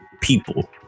people